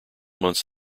months